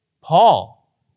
paul